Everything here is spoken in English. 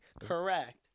Correct